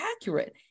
accurate